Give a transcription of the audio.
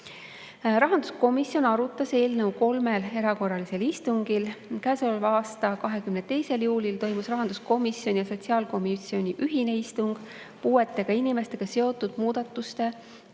Rahanduskomisjon arutas eelnõu kolmel erakorralisel istungil. Käesoleva aasta 22. juulil toimus rahanduskomisjoni ja sotsiaalkomisjoni ühine istung puuetega inimestega seotud muudatuste